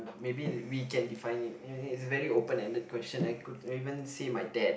maybe we can define it it's very open ended question I could even say my dad